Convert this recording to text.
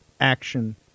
action